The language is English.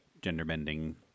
gender-bending